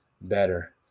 better